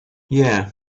yeah